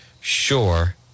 sure